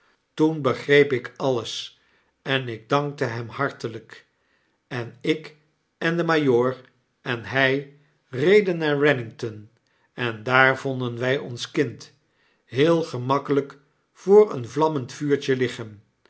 toen begreep ik alles en ik dankte hem hartelyk en ik en de majoor en hi reden naar bennington en daar vonden wy ons kind heel gemakkelyk voor een vlammend vuurtje liggen